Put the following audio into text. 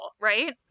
right